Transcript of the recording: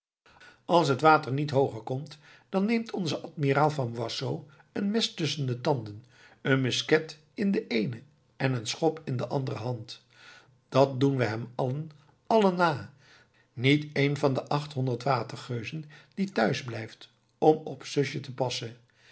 als het water niet hooger komt dan neemt onze admiraal van boisot een mes tusschen de tanden een musket in de eene en eene schop in de andere hand dat doen we hem allen allen na niet één van de achthonderd watergeuzen die thuis blijft om op zusje te passen